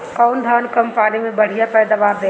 कौन धान कम पानी में बढ़या पैदावार देला?